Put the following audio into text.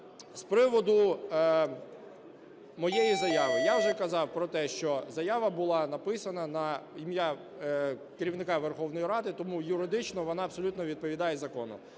З приводу моєї заяви. Я вже казав про те, що заява була написана на ім'я керівника Верховної Ради, тому юридично вона абсолютно відповідає закону.